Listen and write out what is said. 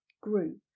group